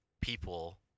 people